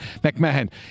McMahon